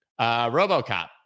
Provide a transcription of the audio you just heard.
Robocop